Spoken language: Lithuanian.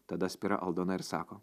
tada spira aldona ir sako